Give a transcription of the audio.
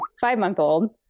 five-month-old